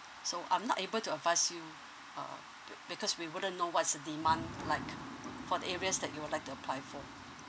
so I'm not able to advise you uh be~ because we wouldn't know what is the demand like for the areas that you would like to apply for